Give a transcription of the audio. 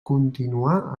continuar